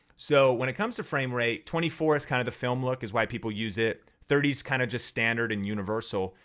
so when it comes to frame rate, twenty four is kind of the film look, is why people use it, thirty s kind of just standard and universal,